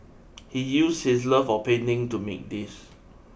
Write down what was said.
he used his love of painting to make these